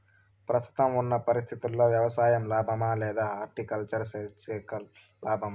ప్రస్తుతం ఉన్న పరిస్థితుల్లో వ్యవసాయం లాభమా? లేదా హార్టికల్చర్, సెరికల్చర్ లాభమా?